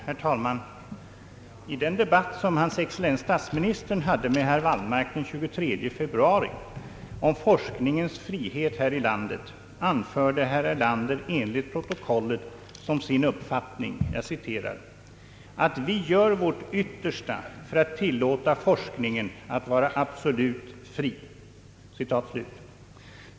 Herr talman! I den debatt som hans excellens statsministern hade med herr Wallmark den 23 februari om forskningens frihet i vårt land anförde herr Erlander enligt protokollet som sin uppfattning »att vi gör vår yttersta för att tillåta forskningen att vara absolut fri».